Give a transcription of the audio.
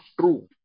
true